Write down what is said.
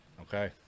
Okay